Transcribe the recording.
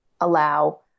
allow